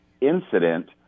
incident